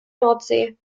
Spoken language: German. nordsee